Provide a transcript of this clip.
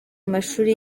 amashuri